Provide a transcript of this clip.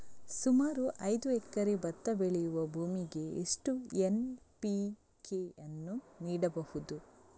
ಸುಮಾರು ಐದು ಎಕರೆ ಭತ್ತ ಬೆಳೆಯುವ ಭೂಮಿಗೆ ಎಷ್ಟು ಎನ್.ಪಿ.ಕೆ ಯನ್ನು ನೀಡಬಹುದು?